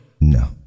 No